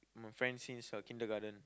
my friend since uh kindergarten